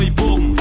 boom